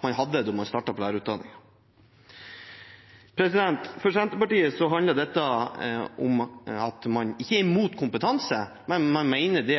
man hadde da man startet på lærerutdanningen. For Senterpartiet handler dette ikke om at man er imot kompetanse, men vi mener